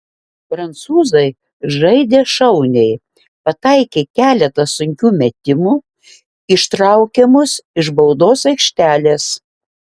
prancūzai žaidė šauniai pataikė keletą sunkių metimų ištraukė mus iš baudos aikštelės